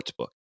Sportsbook